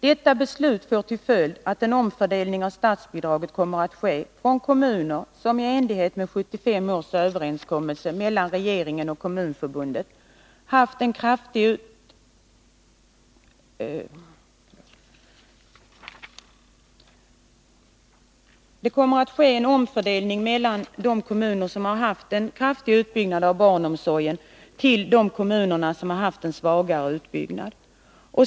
Detta beslut får till följd att en omfördelning av statsbidraget kommer att ske, från kommuner som, i enlighet med 1975 års överenskommelse mellan regeringen och Kommunförbundet, haft en kraftig utbyggnad av barnomsorgen till kommuner som haft en svagare utbyggnad.